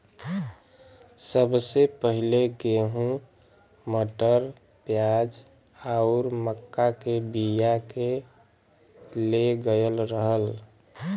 सबसे पहिले गेंहू, मटर, प्याज आउर मक्का के बिया के ले गयल रहल